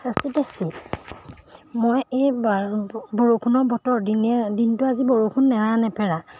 tasty টেষ্টি মই এই বাৰ ৰূমটো বৰষুণৰ বতৰ দিনে দিনটো আজি বৰষুণ নেৰানেপেৰা